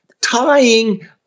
tying